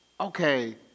okay